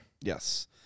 yes